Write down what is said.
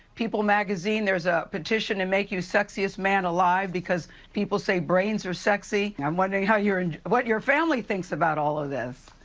people magazine, there's a petition to make you sexiest man alive because people say brains are sexy. i'm wondering how you're and what your family thinks about all of this?